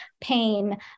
pain